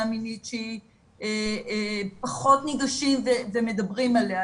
המינית שפחות ניגשים ומדברים עליה.